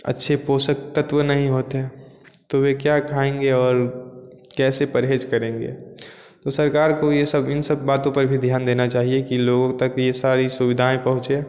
अच्छे पोषक तत्व नहीं होते तो वे क्या खाएँगे और कैसे परहेज़ करेंगे तो सरकार को ये सब इन सब बातों पर भी ध्यान देना चाहिए कि लोगों तक ये सारी सुविधाएँ पहुँचे